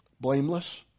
Blameless